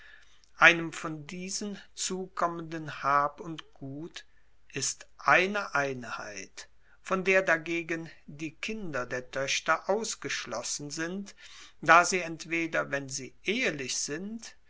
einem von diesen zukommenden hab und gut ist eine einheit von der dagegen die kinder der toechter ausgeschlossen sind da sie entweder wenn sie ehelich sind